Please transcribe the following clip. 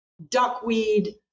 duckweed